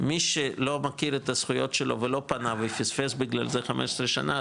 מי שלא מכיר את הזכויות שלו ולא פנה ופספס בגלל זה 15 שנה,